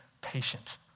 patient